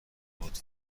بود